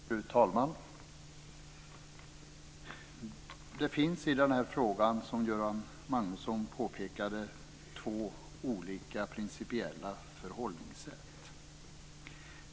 Fru talman! Det finns i den här frågan, som Göran Magnusson påpekade, två olika principiella förhållningssätt.